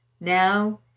now